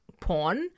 porn